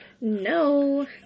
No